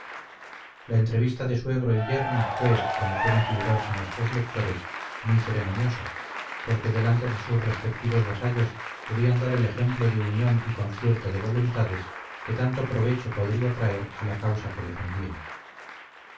la entrevista de suegro y yerno fue como pueden figurarse nuestros lectores muy ceremoniosa porque delante de sus respectivos vasallos debían dar el ejemplo de unión y concierto de voluntades que tanto provecho podría traer a la causa que defendían